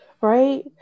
right